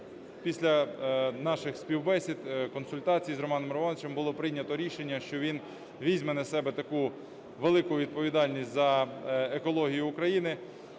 після наших співбесід, консультацій з Романом Романовичем було прийнято рішення, що він візьме на себе таку велику відповідальність за екологію України,